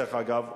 דרך אגב,